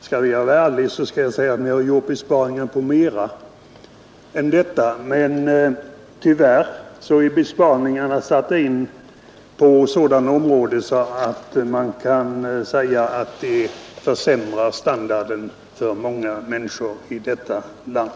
Skall jag vara ärlig måste jag säga att ni har gjort besparingar på mer än detta, men tyvärr är besparingarna satta in på sådana områden, att man kan säga att de försämrar standarden för många människor i detta land.